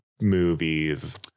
movies